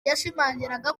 yashimangiraga